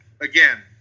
again